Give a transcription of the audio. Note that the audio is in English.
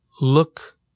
look